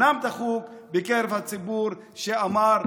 אומנם דחוק, בקרב הציבור שאמר: